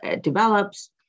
develops